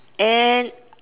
and